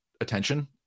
attention